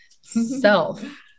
self